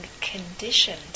conditioned